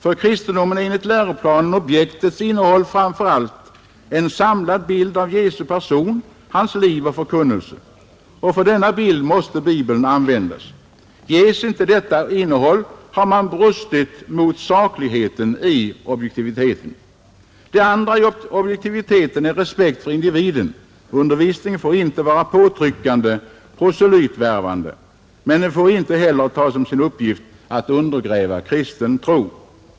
För kristendomen är enligt läroplanen objektets innehåll framför allt en samlad bild av Jesu person, hans liv och förkunnelse. Och för den bilden måste Bibeln användas. Ges inte detta innehåll har man brustit mot det sakliga i objektiviteten. Det andra i objektiviteten är respekt för individen. Undervisningen får inte vara påtryckande, proselytvärvande. Men den får inte heller ta som sin uppgift att undergräva kristen tro.